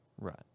Right